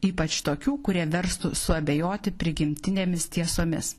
ypač tokių kurie verstų suabejoti prigimtinėmis tiesomis